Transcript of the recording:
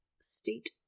State